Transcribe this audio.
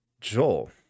Joel